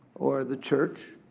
or the church,